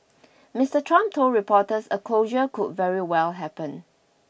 Mister Trump told reporters a closure could very well happen